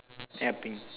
ya pink